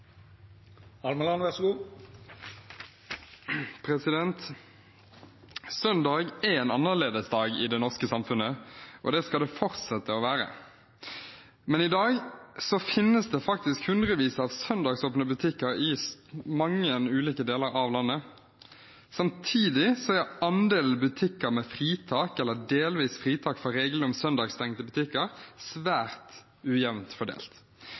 skal den fortsette å være. Men i dag finnes det faktisk hundrevis av søndagsåpne butikker i mange ulike deler av landet. Samtidig er andelen butikker med fritak eller delvis fritak fra regelen om søndagsstengte butikker svært ujevnt fordelt.